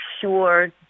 sure